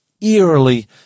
eerily